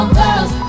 girls